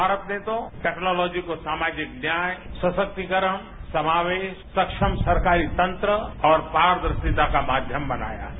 भारत ने तो टेक्नोलॉजी को सामाजिक न्याय सशक्तिकरण समावेश सक्षम सरकारी तंत्र और पारदर्शिता का माध्यम बनाया है